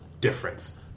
difference